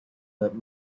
that